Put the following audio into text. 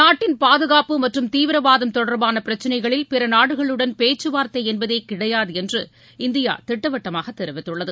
நாட்டின் பாதுகாப்பு மற்றும் தீவிரவாதம் தொடர்பான பிரச்னைகளில் பிற நாடுகளுடன் பேச்சுவார்த்தை என்பதே கிடையாது என்று இந்தியா திட்டவட்டமாக தெரிவித்துள்ளது